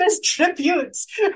tributes